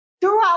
Throughout